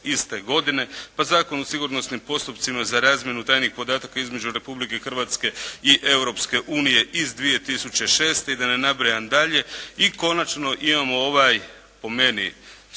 pa Zakon o sigurnosnim postupcima za razmjenu tajnih podataka između Republike Hrvatske i Europske unije iz 2006. i da ne nabrajam dalje i konačno imamo ovaj po meni sporan